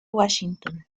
washington